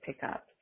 pickup